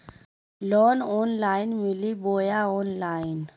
Loan online मिली बोया offline?